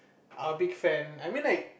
are big fan I mean like